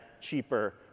cheaper